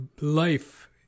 life